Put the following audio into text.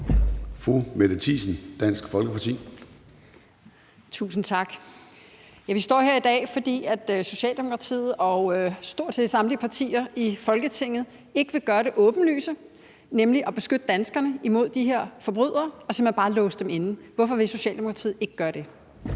Mette Thiesen (DF): Tusind tak. Ja, vi står jo her i dag, fordi Socialdemokratiet og stort set samtlige andre partier i Folketinget ikke vil gøre det åbenlyse, nemlig at beskytte danskerne imod de her forbrydere og simpelt hen bare låse dem inde. Hvorfor vil Socialdemokratiet ikke gøre det?